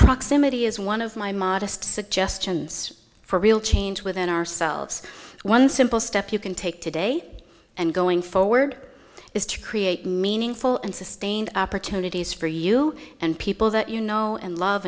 proximity is one of my modest suggestions for real change within ourselves one simple step you can take today and going forward is to create meaningful and sustained opportunities for you and people that you know and love